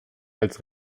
als